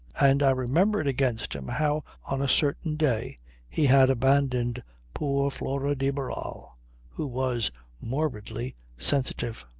and i remembered against him how on a certain day he had abandoned poor flora de barral who was morbidly sensitive.